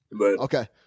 Okay